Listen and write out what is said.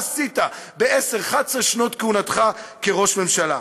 מה עשית ב-10 11 שנות כהונתך כראש הממשלה?